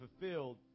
fulfilled